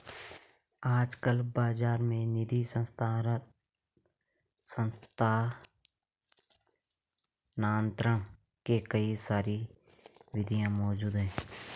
आजकल बाज़ार में निधि स्थानांतरण के कई सारी विधियां मौज़ूद हैं